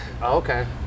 okay